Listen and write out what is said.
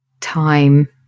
time